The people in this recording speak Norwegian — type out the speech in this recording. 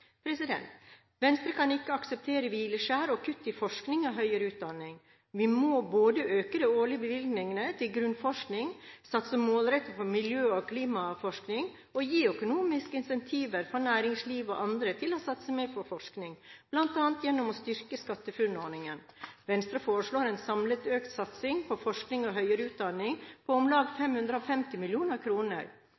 Venstre kan ikke akseptere hvileskjær og kutt i forskning og høyere utdanning. Vi må både øke de årlige bevilgningene til grunnforskning, satse målrettet på miljø- og klimaforskning og gi økonomiske insentiver for næringsliv og andre til å satse mer på forskning, bl.a. gjennom å styrke SkatteFUNN-ordningen. Venstre foreslår en samlet økt satsing på forskning og høyere utdanning på om lag